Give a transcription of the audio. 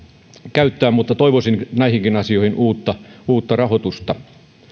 käyttää mutta toivoisin näihinkin asioihin uutta uutta rahoitusta